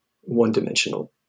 one-dimensional